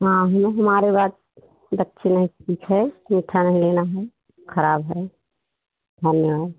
हाँ वह हमारे बाद दक्षिण है ठीक है मीठा नहीं लेना है खराब है